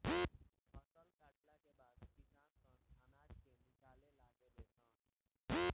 फसल कटला के बाद किसान सन अनाज के निकाले लागे ले सन